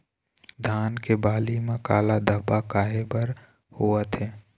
धान के बाली म काला धब्बा काहे बर होवथे?